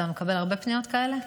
אתה מקבל הרבה פניות כאלה?